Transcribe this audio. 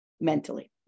mentally